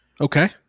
Okay